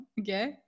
Okay